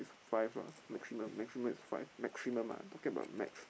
five lah maximum maximum is five maximum lah talking about max